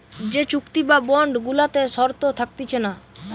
যে চুক্তি বা বন্ড গুলাতে শর্ত থাকতিছে না